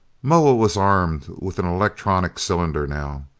moa was armed with an electronic cylinder now.